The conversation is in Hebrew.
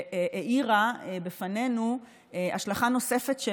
שהאירה בפנינו השלכה נוספת,